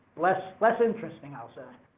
less less interesting i'll say.